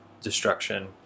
destruction